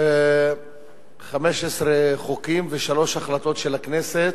15 חוקים ושלוש החלטות של הכנסת,